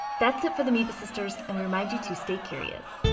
that's it for the amoeba sisters, and we remind you to stay curious.